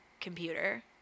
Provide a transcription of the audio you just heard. computer